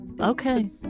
Okay